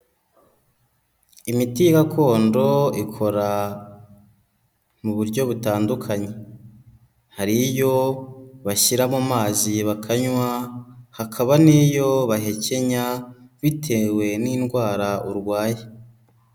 Imiti gakondo, ikora mu buryo butandukanye. Hari iyo bashyira mu mazi bakanywa, hakaba n'iyo bahekenya bitewe n'indwara urwaye.